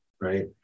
right